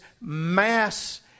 mass